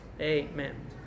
Amen